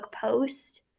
post